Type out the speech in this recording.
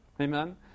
Amen